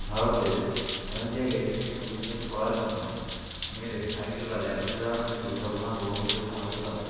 ভারতের অনেক জায়গায় শিক্ষাকে উৎসাহিত করার জন্য মেয়েদের সাইকেল বা ল্যাপটপ দেওয়ার মতো পরিকল্পনা গ্রহণ করেছে আমাদের সরকার